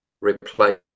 replace